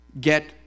get